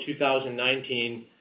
2019